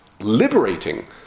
liberating